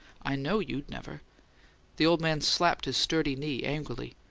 i know you'd never the old man slapped his sturdy knee, angrily.